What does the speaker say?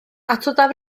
atodaf